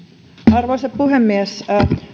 arvoisa puhemies